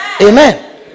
Amen